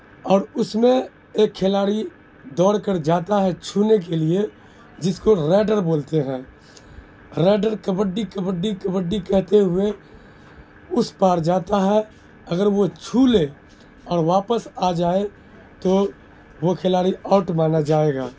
اور اس میں ایک کھلاڑی دوڑ کر جاتا ہے چھونے کے لیے جس کو ریڈر بولتے ہیں ریڈر کبڈی کبڈی کبڈی کہتے ہوئے اس پار جاتا ہے اگر وہ چھو لے اور واپس آ جائے تو وہ کھلاڑی آؤٹ مانا جائے گا